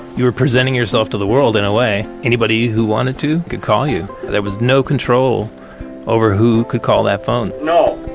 you were presenting yourself to the world in a way. anybody who wanted to could call you. there was no control over who could call that phone you